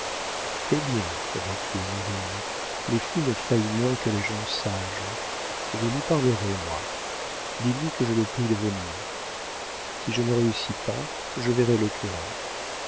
eh bien reprit honorine les fous m'effraient moins que les gens sages je lui parlerai moi dis-lui que je le prie de venir si je ne réussis pas je verrai le curé